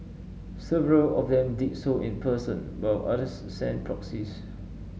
several of them did so in person while others sent proxies